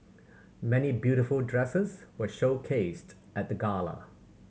many beautiful dresses were showcased at the gala